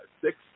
six